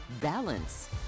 balance